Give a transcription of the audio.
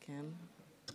כנסת